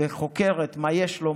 וחוקרת מה יש לו,